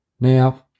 Now